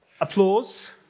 applause